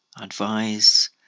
advise